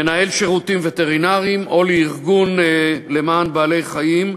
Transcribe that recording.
מנהל שירותים וטרינריים או ארגון למען בעלי-חיים,